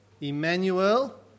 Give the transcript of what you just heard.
Emmanuel